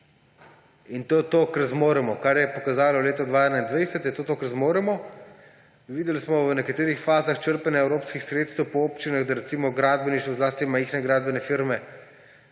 in je to to, kar zmoremo. Kar je pokazalo leto 2021, je to to, kar zmoremo. Videli smo v nekaterih fazah črpanja evropskih sredstev po občinah, da recimo gradbeništvo, zlasti majhne gradbene firme